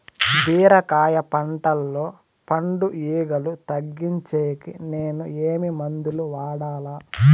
బీరకాయ పంటల్లో పండు ఈగలు తగ్గించేకి నేను ఏమి మందులు వాడాలా?